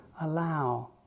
Allow